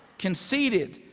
conceited,